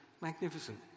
magnificent